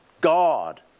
God